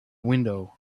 window